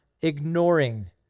ignoring